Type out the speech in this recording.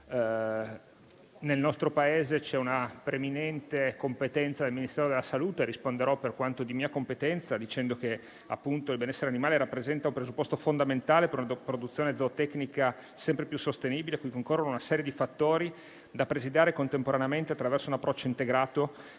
Nel nostro Paese c'è una preminente competenza del Ministero della salute. Risponderò, per quanto di mia competenza, dicendo che il benessere animale rappresenta il presupposto fondamentale per la produzione zootecnica sempre più sostenibile a cui concorrono una serie di fattori da presidiare contemporaneamente attraverso un approccio integrato